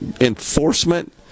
enforcement